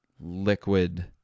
liquid